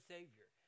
Savior